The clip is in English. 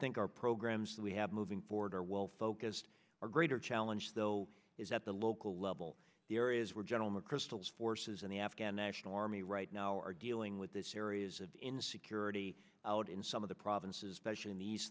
think are programs that we have moving forward are well focused or greater challenge though is at the local level the areas where general mcchrystal forces and the afghan national army right now are dealing with this areas of insecurity out in some of the provinces specially in the